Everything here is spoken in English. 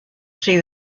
see